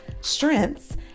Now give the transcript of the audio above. strengths